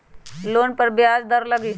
Loan पर ब्याज दर लगी?